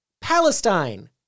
Palestine